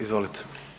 Izvolite.